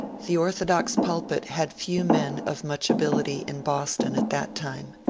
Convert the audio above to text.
the orthodox pulpit had few men of much ability in boston at that time.